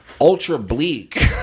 ultra-bleak